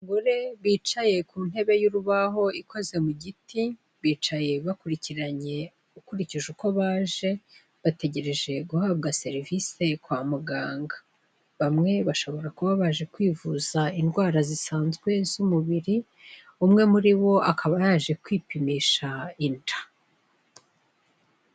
Abagore bicaye ku ntebe y'urubaho ikoze mu giti bicaye bakurikiranye ukurikije uko baje bategereje guhabwa serivise kwa muganga, bamwe bashobora kuba baje kwivuza indwara zisanzwe z'umubiri, umwe muri bo akabayaje kwipimisha inda.